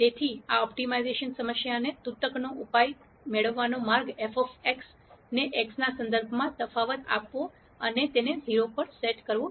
તેથી આ ઓપ્ટિમાઇઝેશન સમસ્યાને તૂતકનો ઉપાય મેળવવાનો માર્ગ f ને x ના સંદર્ભમાં તફાવત આપવો અને તેને 0 પર સેટ કરવો